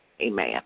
Amen